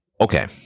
Okay